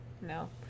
No